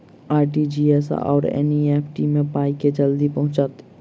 RTGS आओर NEFT मे पाई केँ मे जल्दी पहुँचत?